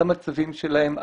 על המצבים שלהם,